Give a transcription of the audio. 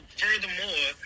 furthermore